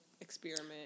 experiment